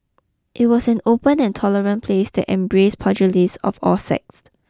it was an open and tolerant place that embrace pugilists of all sects